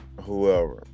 whoever